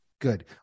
Good